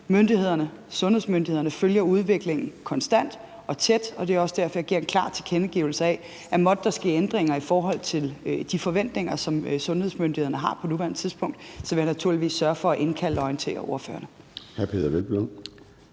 Sundhedsmyndighederne følger udviklingen konstant og tæt, og det er også derfor, at jeg giver en klar tilkendegivelse af, at måtte der ske ændringer i forhold til de forventninger, som sundhedsmyndighederne har på nuværende tidspunkt, vil jeg naturligvis sørge for at indkalde og orientere ordførerne.